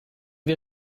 wir